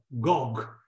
Gog